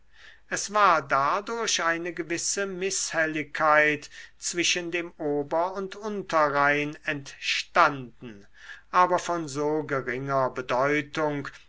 es war dadurch eine gewisse mißhelligkeit zwischen dem ober und unterrhein entstanden aber von so geringer bedeutung